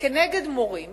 כנגד מורים